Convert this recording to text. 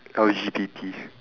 L_G_B_T